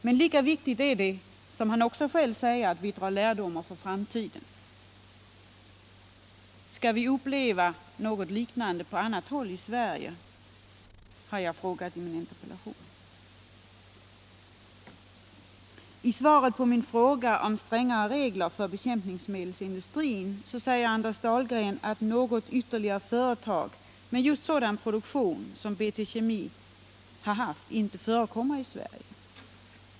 Men lika viktigt är det — som han själv också säger — att vi drar lärdomar för framtiden. Skall vi behöva uppleva någonting liknande på annat håll i Sverige? I svaret på min fråga om strängare regler för bekämpningsmedelsindustrin säger Anders Dahlgren att något ytterligare företag med en sådan produktion som just BT Kemi haft inte förekommer i Sverige.